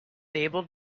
able